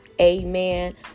Amen